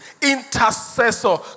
intercessor